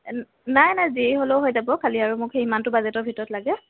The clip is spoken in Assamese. নাই নাই যি হ'লেও হৈ যাব খালী আৰু মোক সিমানটো বাজেটৰ ভিতৰত লাগে